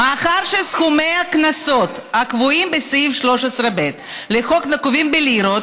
"מאחר שסכומי הקנסות הקבועים בסעיף 13(ב) לחוק נקובים בלירות,